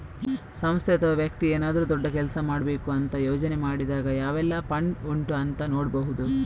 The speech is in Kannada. ಸಂಸ್ಥೆ ಅಥವಾ ವ್ಯಕ್ತಿ ಏನಾದ್ರೂ ದೊಡ್ಡ ಕೆಲಸ ಮಾಡ್ಬೇಕು ಅಂತ ಯೋಚನೆ ಮಾಡಿದಾಗ ಯಾವೆಲ್ಲ ಫಂಡ್ ಉಂಟು ಅಂತ ನೋಡ್ಬಹುದು